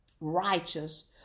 righteous